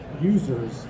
users